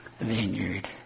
vineyard